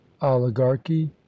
oligarchy